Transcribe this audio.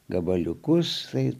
gabaliukus ir